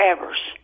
Evers